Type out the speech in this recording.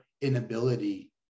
inability